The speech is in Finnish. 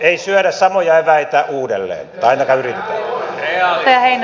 ei syödä samoja eväitä uudelleen tai ainakaan yritetä